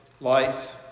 Lights